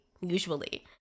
usually